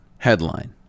Headline